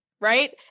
right